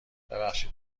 ببخشید